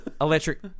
Electric